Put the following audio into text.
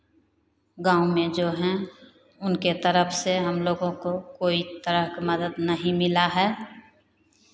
गाँव में जो हैं उनके तरफ से हमलोगों को कोई तरह का मदद नहीं मिला है